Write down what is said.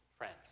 Friends